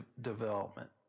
development